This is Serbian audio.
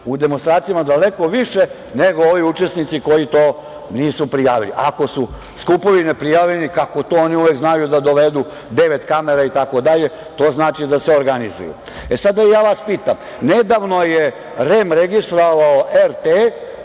u demonstracijama daleko više nego ovi učesnici koji to nisu prijavili. Ako su skupovi neprijavljeni kako to oni uvek znaju da dovedu devet kamera itd, to znači da se organizuju.E, sada ja vas pitam, nedavno je REM registrovao RT,